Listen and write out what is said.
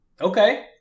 Okay